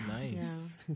nice